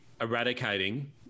eradicating